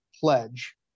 pledge